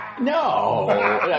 No